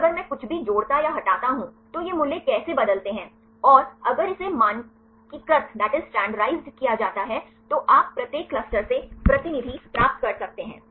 फिर अगर मैं कुछ भी जोड़ता या हटाता हूं तो ये मूल्य कैसे बदलते हैं और अगर इसे मानकीकृत किया जाता है तो आप प्रत्येक क्लस्टर से प्रतिनिधि प्राप्त कर सकते हैं